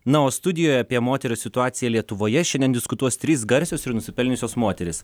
na o studijoje apie moterų situaciją lietuvoje šiandien diskutuos trys garsios ir nusipelniusios moterys